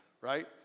right